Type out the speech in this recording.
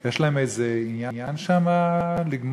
יש להם איזה עניין שם לגמור?